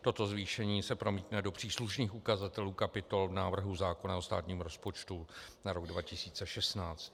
Toto zvýšení se promítne do příslušných ukazatelů kapitol v návrhu zákona o státním rozpočtu na rok 2016.